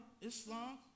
Islam